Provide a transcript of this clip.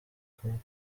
akaboko